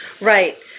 Right